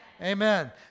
Amen